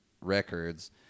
records